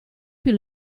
più